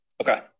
Okay